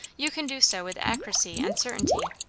you can do so with accuracy and certainty.